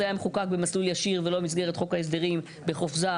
היה מחוקק במסלול ישיר ולא במסגרת חוק ההסדרים בחופזה,